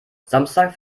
samstags